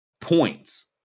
points